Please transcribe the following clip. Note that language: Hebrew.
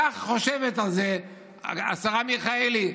כך חושבת גם השרה מיכאלי.